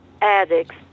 addicts